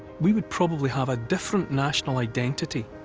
we would probably have a different national identity,